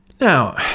Now